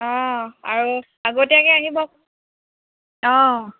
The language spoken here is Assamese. অঁ আৰু আগতীয়াকৈ আহিব অঁ